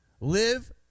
Live